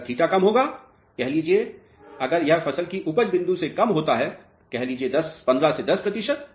अगर थीटा कम होता है कह लीजिये अगर यह फसल के उपज बिंदु से कम होता है कह लीजिये 15 से 10 प्रतिशत